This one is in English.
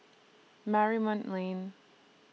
Marymount Lane